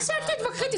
מה זה אל תתווכחי איתי?